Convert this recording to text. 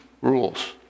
rules